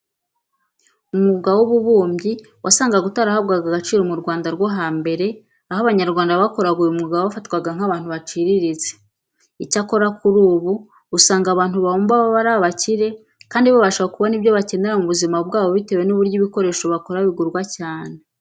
Umwuga w'ububumbyi wasangaga utarahabwaga agaciro mu Rwanda rwo hambere, aho Abanyarwanda bakoraga uyu mwuga bafatwaga nk'abantu baciriritse. Icyakora kuri ubu usanga abantu babumba baba ari abakire kandi babasha kubona ibyo bakeneye mu buzima bwabo bitewe n'uburyo ibikoresho bakora bigurwa cyane.